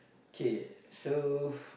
okay so